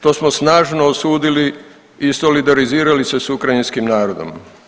To smo snažno osudili i solidarizirali se s ukrajinskim narodom.